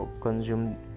consume